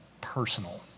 personal